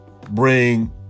bring